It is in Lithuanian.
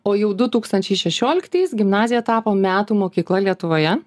o jau du tūkstančiai šešioliktais gimnazija tapo metų mokykla lietuvoje